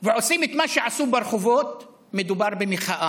ועושים את מה שעשו ברחובות, מדובר במחאה,